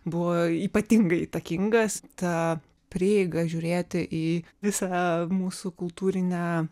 buvo ypatingai įtakingas ta prieiga žiūrėti į visą mūsų kultūrinę